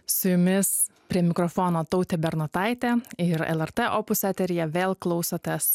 su jumis prie mikrofono tautė bernotaitė ir lrt opus eteryje vėl klausotės